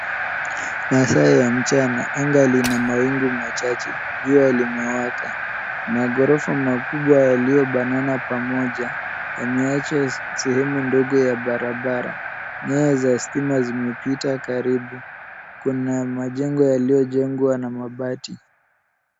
Masaa ya mchana, anga lina mawingu machache. Jua limewaka. Maghorofa makubwa yaliyobanana pamoja, yameacha sehemu ndogo ya barabara. Nyaya za stima zimepita karibu. Kuna majengo yaliyojengwa na mabati.